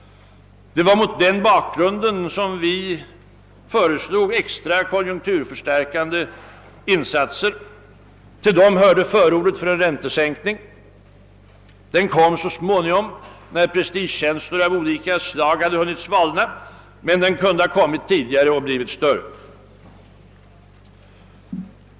Det var mot den bakgrunden som vi föreslog extra konjunkturstärkande insatser. Till dem hörde förordet för räntesänkning. En sådan företogs så småningom när prestigekänslor av olika slag hade hunnit svalna, men den kunde ha kommit tidigare och blivit större.